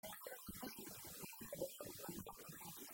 מלחמת חמשת מלכי הדרום וארבעת מלכי הצפון